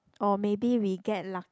or maybe we get lucky